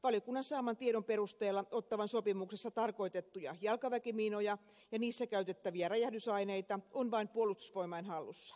valiokunnan saaman tiedon perusteella ottawan sopimuksessa tarkoitettuja jalkaväkimiinoja ja niissä käytettäviä räjähdysaineita on vain puolustusvoimain hallussa